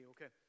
Okay